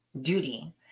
duty